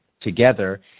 together